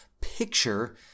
picture